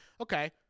Okay